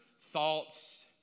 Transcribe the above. thoughts